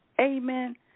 Amen